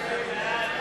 התשס"ט 2009,